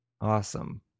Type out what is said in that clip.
awesome